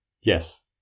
Yes